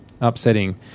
upsetting